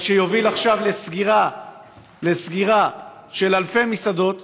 מה שיוביל עכשיו לסגירה של אלפי מסעדות,